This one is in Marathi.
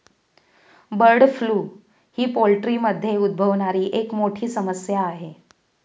बर्ड फ्लू ही पोल्ट्रीमध्ये उद्भवणारी एक मोठी समस्या आहे